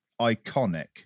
iconic